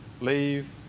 leave